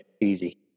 Easy